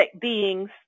beings